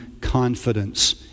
confidence